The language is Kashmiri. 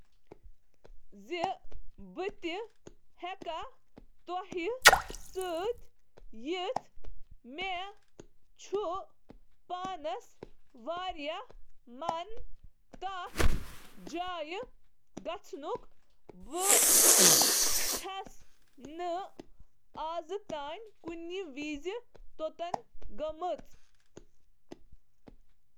کیٛاہ بہٕ ہٮ۪کا ژےٚ سۭتۍ یِتھ؟ مےٚ چُھ تتہِ گژھنہٕ خٲطرٕ واریاہ بے تاب۔ بہٕ چُھس نہٕ زانٛہہ تتہِ گوٚمُت۔